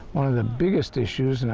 one of the biggest issues, and